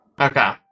Okay